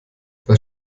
das